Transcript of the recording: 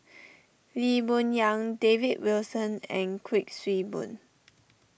Lee Boon Yang David Wilson and Kuik Swee Boon